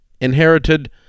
inherited